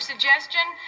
...suggestion